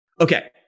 Okay